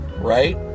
right